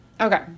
Okay